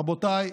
רבותיי,